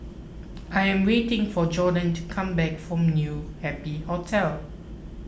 I am waiting for Gorden to come back from New Happy Hotel